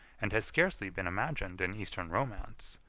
and has scarcely been imagined in eastern romance,